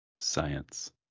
science